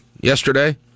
yesterday